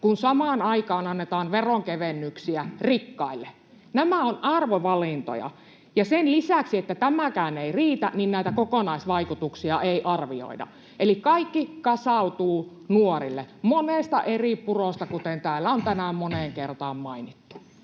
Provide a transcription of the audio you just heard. kun samaan aikaan annetaan veronkevennyksiä rikkaille. Nämä ovat arvovalintoja. Sen lisäksi, että tämäkään ei riitä, näitä kokonaisvaikutuksia ei arvioida. Eli kaikki kasautuu nuorille, monesta eri purosta, kuten täällä on tänään moneen kertaan mainittu.